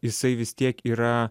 jisai vis tiek yra